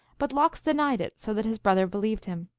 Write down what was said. but lox denied it, so that his brother believed him.